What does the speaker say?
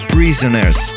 Prisoners